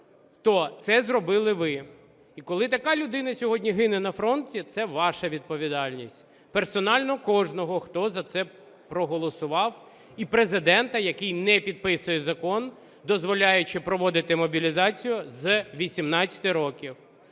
це зробили ви. І коли така людина сьогодні гине на фронті, це ваша відповідальність, персонально кожного, хто за це проголосував, і Президента, який не підписує закон, дозволяючи проводити мобілізацію з 18 років.